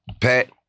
Pat